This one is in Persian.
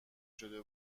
شده